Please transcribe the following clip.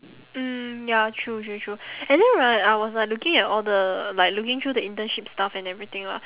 mm ya true true true and then right I was like looking at all the like looking through the internship stuff and everything ah